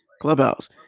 Clubhouse